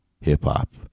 hip-hop